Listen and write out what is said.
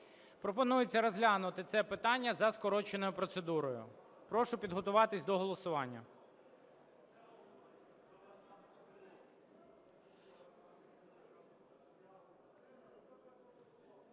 Пропонується розглянути це питання за скороченою процедурою. Прошу підготуватися до голосування.